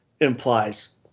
implies